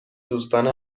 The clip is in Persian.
دوستانه